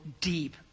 deep